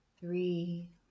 three